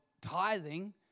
tithing